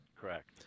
Correct